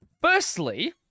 Firstly